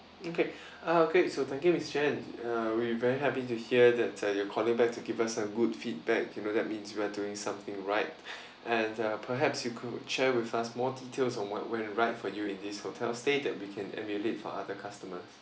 okay uh great so thank you miss jan uh we very happy to hear that tell you calling back to give us a good feedback you know that means we're doing something right and there uh perhaps you could share with us more details on what went right for you in this hotel stay that we can emulate for other customers